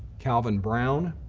calvin brown,